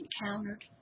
encountered